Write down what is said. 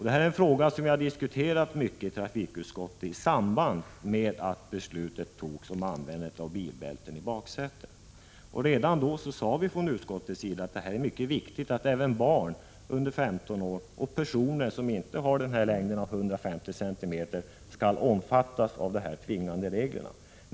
Detta är en fråga som vi har diskuterat mycket i trafikutskottet i samband med att beslutet om användande av bilbälte i baksätet fattades. Redan då framhöll utskottet att det är mycket viktigt att även barn under 15 år och personer som inte har en längd av minst 150 cm omfattas av de tvingande reglerna.